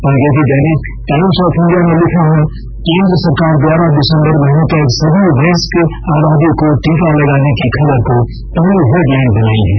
अंग्रेजी दैनिक Times of India ने लिखा है केंद्र सरकार द्वारा दिसंबर महीने तक सभी वयस्क आबादी को टीका लगाने की खबर को पहली हेडलाइन बनाई है